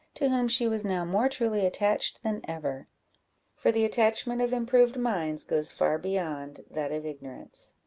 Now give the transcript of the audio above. to whom she was now more truly attached than ever for the attachment of improved minds goes far beyond that of ignorance.